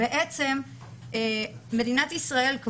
בעצם מדינת ישראל,